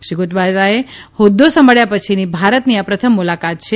શ્રી ગોટબયાએ હોદ્દો સંભાબ્યા પછીની ભારતની આ પ્રથમ મુલાકાત છે